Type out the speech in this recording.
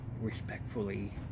respectfully